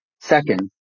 Second